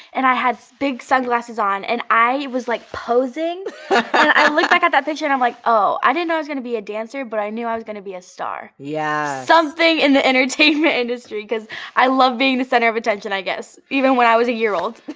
and i had big sunglasses on and i was like posing. i look like at that picture and i'm like, oh. i didn't know i was going to be a dancer but i knew i was going to be a star, yeah something in the entertainment industry because i love being the center of attention, i guess, even when i was a year old.